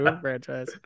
franchise